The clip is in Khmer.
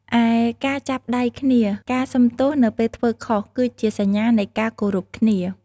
ឯ ការចាប់ដៃគ្នា ការសុំទោសនៅពេលធ្វើខុស គឺជាសញ្ញានៃការគោរពគ្នា។